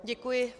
Děkuji.